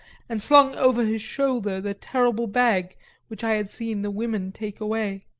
and slung over his shoulder the terrible bag which i had seen the women take away.